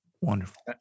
Wonderful